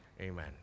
Amen